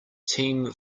team